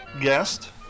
guest